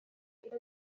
إلى